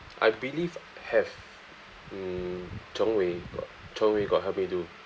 I believe have mm chong wei got chong wei got help me do